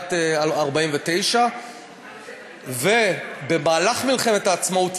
תחילת 1949. במהלך מלחמת העצמאות,